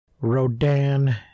Rodan